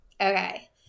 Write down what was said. okay